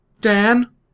Dan